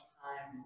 time